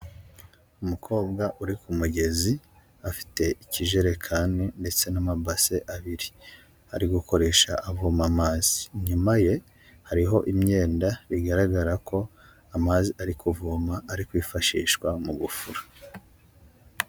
Umukobwa uri ku mugezi, afite ikijerekani ndetse n'amabase abiri ari gukoresha avoma amazi. Inyuma ye hariho imyenda, bigaragara ko amazi ari kuvoma ari kwifashishwa mu gufura.